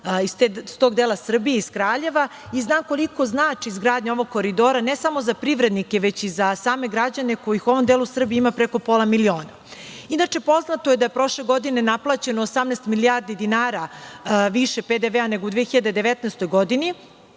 iz tog dela Srbije, iz Kraljeva, i znam koliko znači izgradnja ovog koridora, ne samo za privrednike, već i za same građane kojih u ovom delu Srbije ima preko pola miliona. Inače, poznato je da je prošle godine naplaćeno 18 milijardi dinara više PDV nego u 2019. godini,